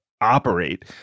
operate